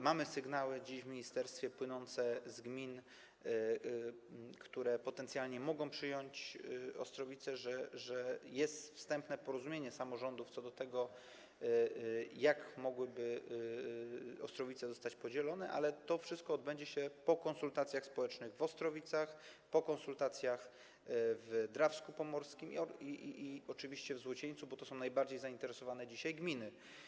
Mamy dziś w ministerstwie sygnały płynące z gmin, które potencjalnie mogą przyjąć Ostrowice, że jest wstępne porozumienie samorządów co do tego, jak Ostrowice mogłyby zostać podzielone, ale to wszystko odbędzie się po konsultacjach społecznych w Ostrowicach, po konsultacjach w Drawsku Pomorskim i oczywiście w Złocieńcu, bo to są najbardziej zainteresowane dzisiaj gminy.